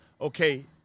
Okay